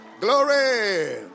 Glory